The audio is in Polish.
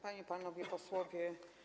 Panie i Panowie Posłowie!